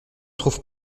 trouve